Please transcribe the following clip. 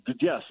yes